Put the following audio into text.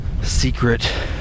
secret